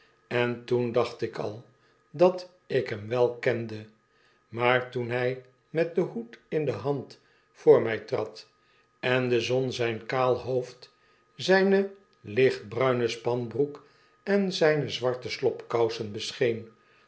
en toen dacht ik aj dat ik hem wel kende maar toen hij met den hoed in de hand voor mij trad en de zon zijn kaal hoofd zijne lichtbruine spanbroek en zijne zwarte